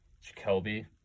Jacoby